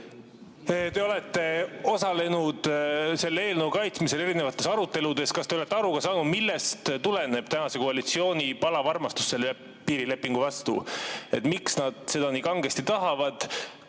Te olete osalenud selle eelnõu kaitsmisel erinevates aruteludes. Kas te olete aru saanud, millest tuleneb tänase koalitsiooni palav armastus selle piirilepingu vastu? Miks nad seda nii kangesti tahavad?